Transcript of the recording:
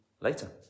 later